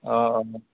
অঁ অঁ